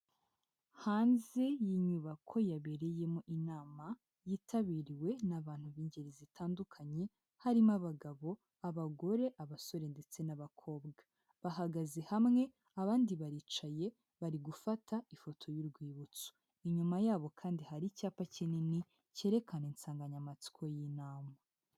Hanze y'inyubako yabereyemo inama yitabiriwe n'abantu b'ingeri zitandukanye, harimo abagabo, abagore, abasore ndetse n'abakobwa, bahagaze hamwe abandi baricaye bari gufata ifoto y'urwibutso, inyuma yabo kandi hari icyapa kinini cyerekana insanganyamatsiko y'inama.